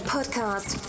Podcast